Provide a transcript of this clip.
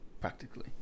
practically